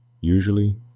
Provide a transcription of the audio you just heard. Usually